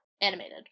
animated